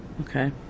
Okay